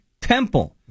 Temple